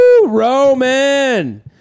Roman